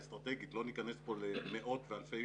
האסטרטגית לא ניכנס פה למאות ואלפי